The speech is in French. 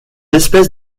espèces